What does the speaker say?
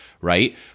right